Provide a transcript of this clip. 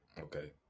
okay